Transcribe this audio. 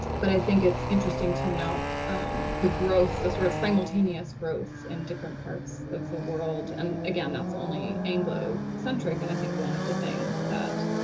but i think it's interesting to note the growth, the sort of simultaneous growth in different parts of the world. and again, that's only anglo centric. and i think one of the things that